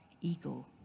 ego